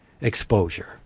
exposure